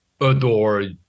adore